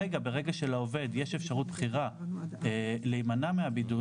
ברגע שלעובד יש אפשרות בחירה להימנע מהבידוד